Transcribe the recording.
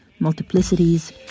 multiplicities